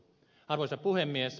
arvoisa puhemies